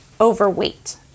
overweight